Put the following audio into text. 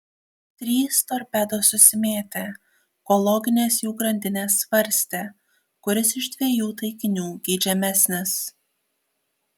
trys torpedos susimėtė kol loginės jų grandinės svarstė kuris iš dviejų taikinių geidžiamesnis